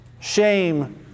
shame